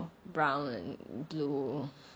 brown and blue